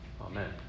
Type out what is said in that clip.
Amen